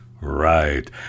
Right